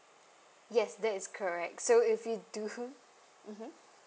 yes that is correct so if we do hmm mmhmm